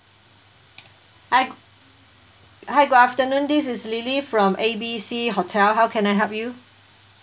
hi hi good afternoon this is lily from A B C hotel how can I help you